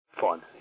fun